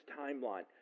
timeline